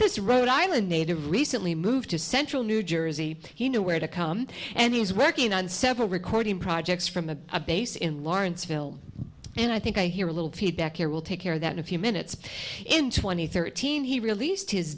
this rhode island native recently moved to central new jersey he knew where to come and he's working on several recording projects from a base in lawrenceville and i think i hear a little feedback here will take care of that a few minutes in two thousand and thirteen he released his